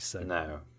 No